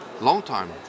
long-time